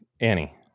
Annie